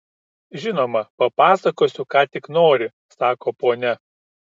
žinoma papasakosiu ką tik nori sako ponia